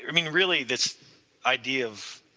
i mean really this idea of,